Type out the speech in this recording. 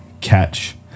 catch